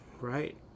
right